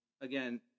again